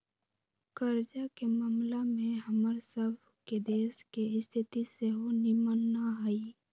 कर्जा के ममला में हमर सभ के देश के स्थिति सेहो निम्मन न हइ